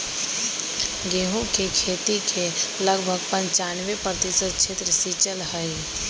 गेहूं के खेती के लगभग पंचानवे प्रतिशत क्षेत्र सींचल हई